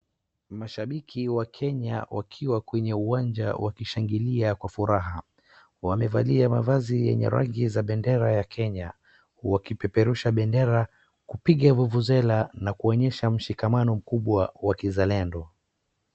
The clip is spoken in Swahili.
Mashabiki wa Kenya wakiwa kwenye uwanja wakishangilia kwa furaha. Wamevalia mavazi zenye rangi ya bendera ya Kenya, wakipeperusha bendera, kupiga vuvuzela na kuoyesha mshikamano mkubwa wa kizalendo.